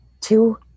two